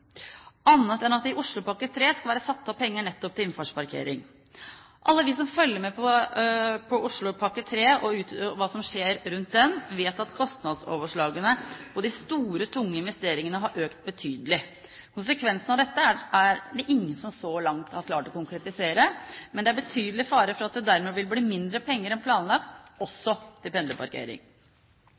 annet enn at det i Oslopakke 3 skal være satt av penger nettopp til innfartsparkering. Alle vi som følger med på Oslopakke 3, og hva som skjer rundt den, vet at kostnadsoverslagene på de store, tunge investeringene har økt betydelig. Konsekvensene av dette er det ingen som så langt har klart å konkretisere, men det er betydelig fare for at det dermed vil bli mindre penger enn planlagt også til pendlerparkering.